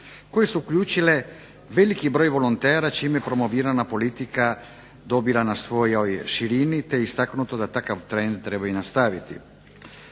koje su uključile veliki broj volontera čime je promovirana politika dobila na svojoj širini te je istaknuto da takav trend treba i nastaviti.